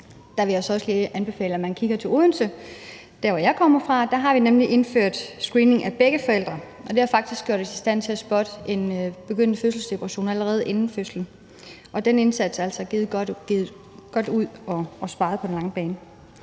Jeg vil så også lige anbefale, at man kigger til Odense. Der, hvor jeg kommer fra, har vi nemlig indført screening af begge forældre. Det har faktisk gjort os i stand til at spotte en begyndende fødselsdepression allerede inden fødslen. Den indsats er altså givet godt ud og giver besparelser på den lange bane.